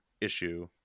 issue